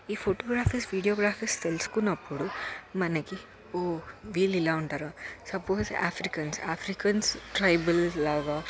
ఈ photographies videographies తెలుసుకున్నప్పుడు మనకి ఓ వీళ్ళు ఇలా ఉంటారా సపోస్ ఆఫ్రికన్స్ ఆఫ్రికన్స్ ట్రైబల్స్ లాగా